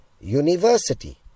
University